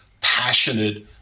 passionate